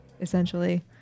essentially